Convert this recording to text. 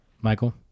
Michael